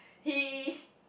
he